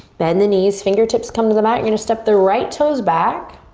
bend the knees, fingertips come to the mat. you're gonna step the right toes back